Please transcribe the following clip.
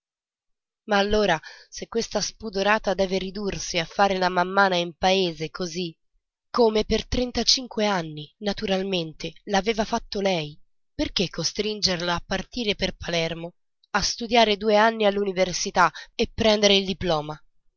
ma allora se questa spudorata doveva ridursi a far la mammana in paese così come per trentacinque anni naturalmente l'aveva fatto lei perché costringerla a partire per palermo a studiare due anni all'università e prendere il diploma